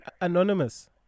Anonymous